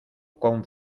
con